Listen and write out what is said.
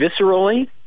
viscerally